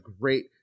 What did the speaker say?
great